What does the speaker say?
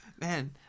man